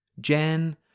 Jen